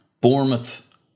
Bournemouth